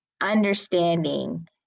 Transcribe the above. understanding